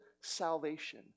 salvation